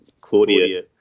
Claudia